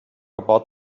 about